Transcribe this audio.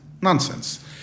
Nonsense